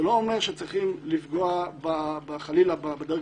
זה לא אומר שצריכים לפגוע חלילה בדרג